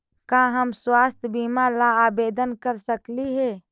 का हम स्वास्थ्य बीमा ला आवेदन कर सकली हे?